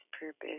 purpose